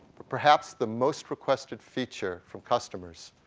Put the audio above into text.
but perhaps the most requested feature from customers